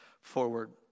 forward